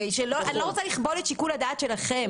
אבל אני לא רוצה לכבול את שיקול הדעת שלכם.